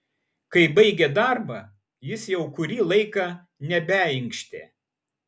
kai baigė darbą jis jau kurį laiką nebeinkštė